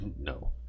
No